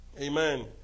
Amen